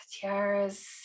Tiaras